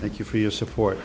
thank you for your support